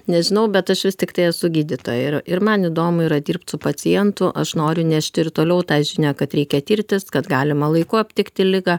nežinau bet aš vis tiktai esu gydytoja ir ir man įdomu yra dirbt su pacientu aš noriu nešti ir toliau tą žinią kad reikia tirtis kad galima laiku aptikti ligą